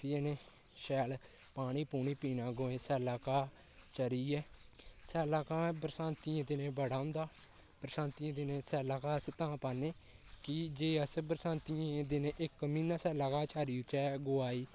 फ्ही इ'ने शैल पानी पूनी पीना गौऐं सै'ल्ला घाऽ चरियै सै'ल्ला घाऽ बरसांती दे दिनें बड़ा होंदा बरसांती दे दिनें सै'ल्ला घाऽ अस तां पाने कि जे जे अस बरसांतियें दे दिनें च इक म्हीना सै'ल्ला घाऽ चारी ओड़चै गौआ ई